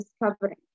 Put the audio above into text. discovering